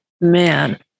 Man